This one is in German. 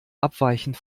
abweichend